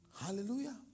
Hallelujah